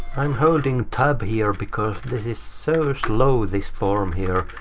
i'm holding tab here because this is so slow, this form here,